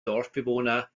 dorfbewohner